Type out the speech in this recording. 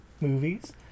Movies